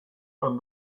and